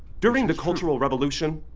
during the cultural revolution,